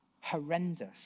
horrendous